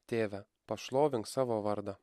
tėve pašlovink savo vardą